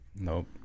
Nope